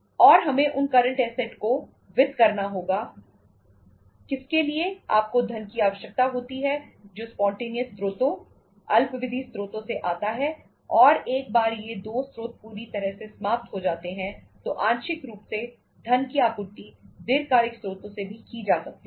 और हमें उन करंट ऐसेट को वित्त करना होगा किसके लिए आपको धन की आवश्यकता होती है जो स्पॉन्टेनियस स्रोतों अल्पावधि स्रोतों से आता है और एक बार ये दो स्रोत पूरी तरह से समाप्त हो जाते हैं तो आंशिक रूप से धन की आपूर्ति दीर्घकालिक स्रोतों से भी की जा सकती है